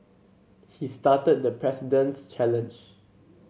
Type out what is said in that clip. he started the President's challenge